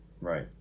Right